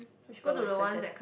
which bar will you suggest